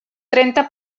trenta